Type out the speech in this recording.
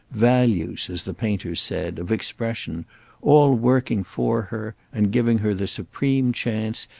values, as the painters said, of expression all working for her and giving her the supreme chance,